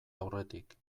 aurretik